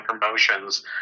promotions